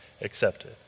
accepted